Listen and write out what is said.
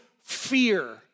fear